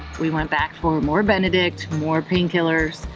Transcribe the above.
we went back for more benedict, more painkillers.